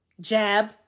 Jab